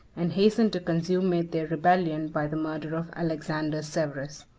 and hastened to consummate their rebellion by the murder of alexander severus.